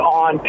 on